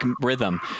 Rhythm